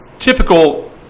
Typical